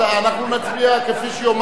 אנחנו נצביע כפי שיאמר לנו,